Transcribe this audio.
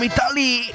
Italy